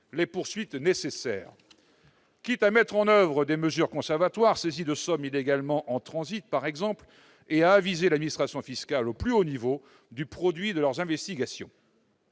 les poursuites nécessaires, quitte à mettre en oeuvre des mesures conservatoires, comme la saisie de sommes en transit illégalement, par exemple, et à aviser l'administration fiscale au plus haut niveau du produit de leurs investigations.